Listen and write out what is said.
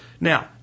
now